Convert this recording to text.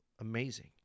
amazing